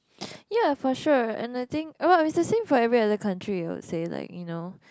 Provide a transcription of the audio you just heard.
ya for sure and I think about it's the same for every other country I would say like you know